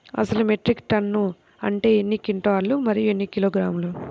అసలు metric ton అంటే ఎన్ని క్వింటాలు మరియు ఎన్ని కిలోగ్రాములు?